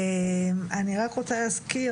אני רק רוצה להזכיר,